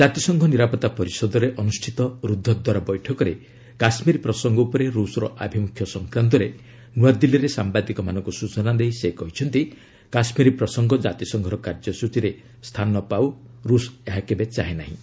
ଜାତିସଂଘ ନିରାପତ୍ତା ପରିଷଦରେ ଅନୁଷ୍ଠିତ ରୁଦ୍ଧଦ୍ୱାର ବୈଠକରେ କାଶ୍ମୀର ପ୍ରସଙ୍ଗ ଉପରେ ରୁଷର ଆଭିମୁଖ୍ୟ ସଂକ୍ରାନ୍ତରେ ନୃଆଦିଲ୍ଲୀରେ ସାମ୍ଭାଦିକମାନଙ୍କୁ ସ୍ୱଚନା ଦେଇ ସେ କହିଛନ୍ତି କାଶ୍ଲୀର ପ୍ରସଙ୍ଗ ଜାତିସଂଘର କାର୍ଯ୍ୟସ୍ଚୀରେ ସ୍ଥାନ ପାଉ ରୁଷ ଏହା କେବେ ଚାହେଁ ନାହିଁ